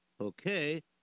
Okay